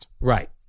Right